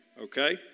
okay